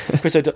Chris